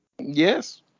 Yes